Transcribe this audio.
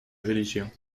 religion